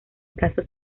casos